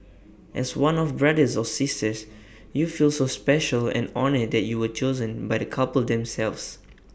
as one of brothers or sisters you feel so special and honoured that you were chosen by the couple themselves